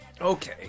Okay